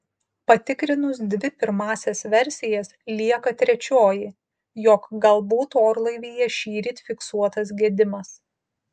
patikrinus dvi pirmąsias versijas lieka trečioji jog galbūt orlaivyje šįryt fiksuotas gedimas